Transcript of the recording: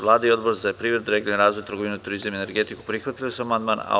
Vlada i Odbor za privredu, regionalni razvoj, trgovinu, turizam i energetiku prihvatio je ovaj amandman sa ispravkom.